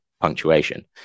punctuation